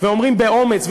ואומרים באומץ,